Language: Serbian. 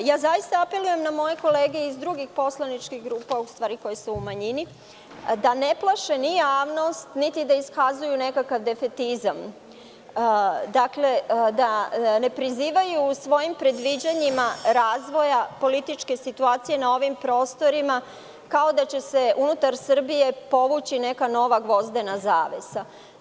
Apelujem na moje kolege iz drugih poslaničkih grupa, koje su u manjini, da ne plaše javnost, niti da iskazuju nikakav defetizam, da ne prizivaju u svojim predviđanjima razvoja političke situacije na ovim prostorima, kao da će se unutar Srbije povući neka nova gvozdena zavesa.